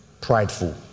prideful